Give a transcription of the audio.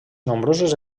nombrosos